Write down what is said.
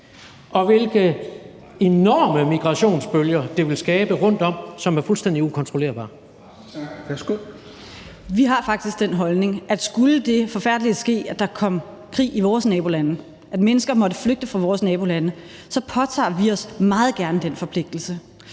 Pernille Vermund, værsgo. Kl. 17:34 Pernille Vermund (NB): Vi har faktisk den holdning, at skulle det forfærdelige ske, at der kom krig i vores nabolande, at mennesker måtte flygte fra vores nabolande, påtager vi os meget gerne den forpligtelse.